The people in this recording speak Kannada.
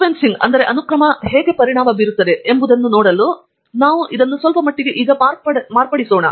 ಸೀಕ್ವೆನ್ಸಿಂಗ್ ಅನ್ನು ಹೇಗೆ ಪರಿಣಾಮ ಬೀರುತ್ತದೆ ಎಂಬುದನ್ನು ನೋಡಲು ನಾವು ಇದನ್ನು ಸ್ವಲ್ಪಮಟ್ಟಿಗೆ ಮಾರ್ಪಡಿಸೋಣ